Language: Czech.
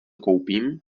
koupím